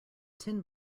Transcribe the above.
tin